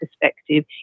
perspective